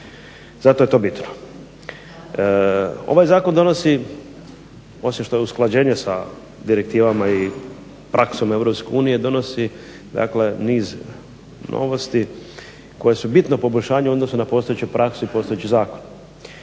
Zato je to bitno. Ovaj zakon donosi osim što je usklađenje sa direktivama i praksom EU donosi niz novosti koje su bitno poboljšanje u odnosu na postojeću praksu i postojeći zakon.